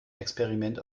experiment